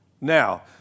Now